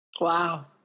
Wow